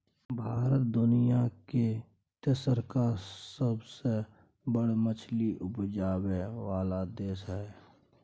भारत दुनिया के तेसरका सबसे बड़ मछली उपजाबै वाला देश हय